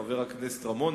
חבר הכנסת רמון.